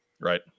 Right